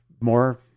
more